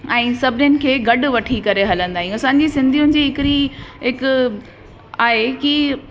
ऐं सभिनीनि खे गॾु वठी करे हलंदा आहियूं असांजी सिंधियुनि जी हिकिड़ी हिकु आहे कि